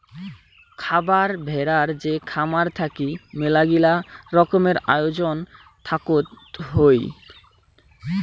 খারার ভেড়ার যে খামার থাকি মেলাগিলা রকমের আয়োজন থাকত হই